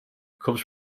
comes